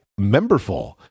memberful